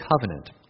Covenant